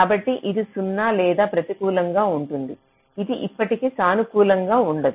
కాబట్టి ఇది 0 లేదా ప్రతికూలంగా ఉంటుంది ఇది ఎప్పటికీ సానుకూలంగా ఉండదు